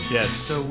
Yes